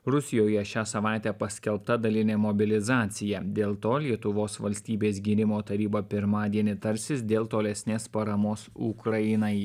rusijoje šią savaitę paskelbta dalinė mobilizacija dėl to lietuvos valstybės gynimo taryba pirmadienį tarsis dėl tolesnės paramos ukrainai